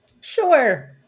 Sure